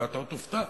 אתה עוד תופתע,